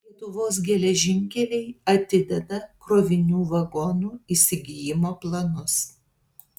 lietuvos geležinkeliai atideda krovinių vagonų įsigijimo planus